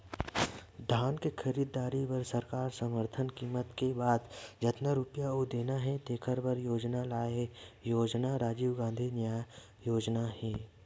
धान के खरीददारी बर सरकार समरथन कीमत के बाद जतना रूपिया अउ देना हे तेखर बर योजना लाए हे योजना राजीव गांधी न्याय योजना हे